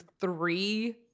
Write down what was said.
three